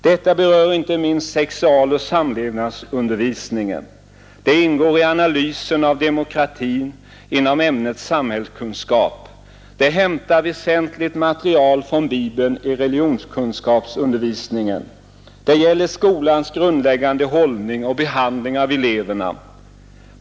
Detta berör inte minst sexualoch samlevnadsundervisningen. Det ingår i analysen av demokratin inom ämnet samhällskunskap. Det hämtar väsentligt material från Bibeln i religionskunskapsundervisningen. Det gäller skolans grundläggande hållning och behandling av eleverna.